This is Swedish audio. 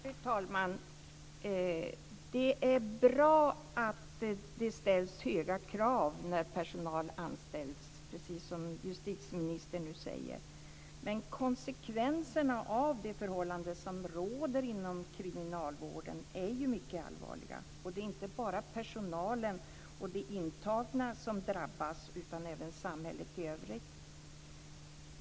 Fru talman! Det är bra att det ställs höga krav när personal anställs, precis som justitieministern nu säger. Men konsekvenserna av de förhållanden som råder inom kriminalvården är mycket allvarliga. Det är inte personalen och de intagna som drabbas utan även samhället i övrigt.